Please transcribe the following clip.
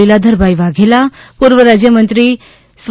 લીલાધરભાઇ વાઘેલા પૂર્વ રાજ્યમંત્રી સ્વ